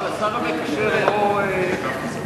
אבל השר המקשר לא בבריאות?